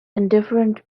indifferent